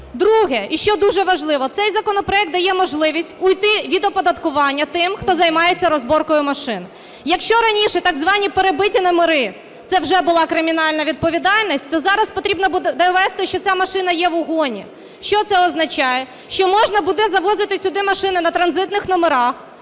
Друге, і що дуже важливо, – цей законопроект дає можливість уйти від оподаткування тим, хто займається розборкою машин. Якщо раніше так звані перебиті номери – це вже була кримінальна відповідальність, то зараз потрібно буде довести, що ця машина є в угоні. Що це означає? Що можна буде завозити сюди машини на транзитних номерах,